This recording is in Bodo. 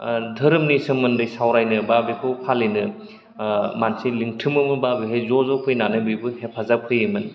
धोरोमनि सोमोन्दै सावरायनो बा बेखौ फालिनो मानसि लिंथुमोबा बेहाय ज' ज' फैनानै बयबो हेफाजाब होयोमोन